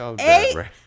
Eight